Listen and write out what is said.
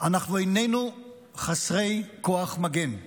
אנחנו איננו חסרי כוח מגן: